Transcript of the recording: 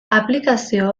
aplikazio